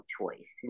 choice